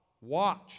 Watch